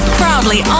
proudly